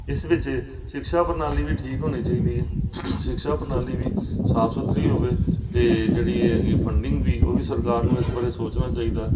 ਇਸ ਵਿੱਚ ਸਿਕਸ਼ਾ ਪ੍ਰਣਾਲੀ ਵੀ ਠੀਕ ਹੋਣੀ ਚਾਹੀਦੀ ਹੈ ਸਿਕਸ਼ਾ ਪ੍ਰਣਾਲੀ ਵੀ ਸਾਫ਼ ਸੁਥਰੀ ਹੋਵੇ ਅਤੇ ਜਿਹੜੀ ਹੈਗੀ ਫੰਡਿੰਗ ਵੀ ਉਹ ਵੀ ਸਰਕਾਰ ਨੂੰ ਇਸ ਬਾਰੇ ਸੋਚਣਾ ਚਾਹੀਦਾ